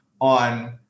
on